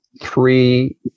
three